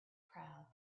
proud